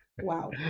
wow